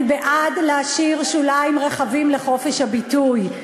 אני בעד להשאיר שוליים רחבים לחופש הביטוי,